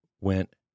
went